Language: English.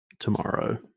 Tomorrow